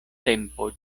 tempo